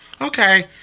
Okay